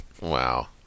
wow